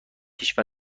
کشور